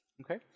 Okay